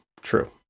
true